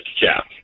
Jeff